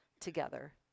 together